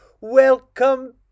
welcome